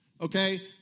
okay